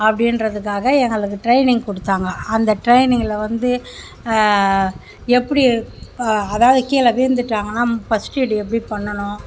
அப்படின்றதுக்காக எங்களுக்கு டிரைனிங் கொடுத்தாங்க அந்த டிரைனிங்கில் வந்து எப்படி அதாவது கீழே விழுந்துட்டாங்கன்னா ஃபர்ஸ்ட் எய்டு எப்படி பண்ணனும்